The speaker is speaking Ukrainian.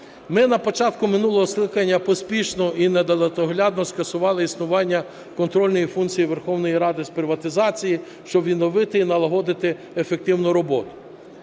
Ми на початку минулого скликання поспішно і недалекоглядно скасували існування контрольної функції Верховної Ради з приватизації, щоб відновити і налагодити ефективну роботу.